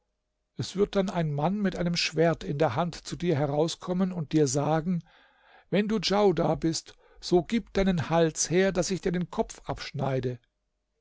es wird dann ein mann mit einem schwert in der hand zu dir herauskommen und dir sagen wenn du djaudar bist so gib deinen hals her daß ich dir den kopf abschneide